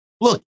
Look